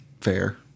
fair